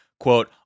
Quote